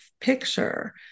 picture